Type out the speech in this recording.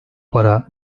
para